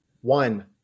one